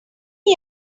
him